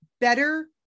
better